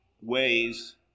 ways